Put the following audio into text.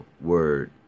word